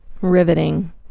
Riveting